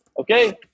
okay